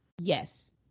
yes